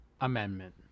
amendment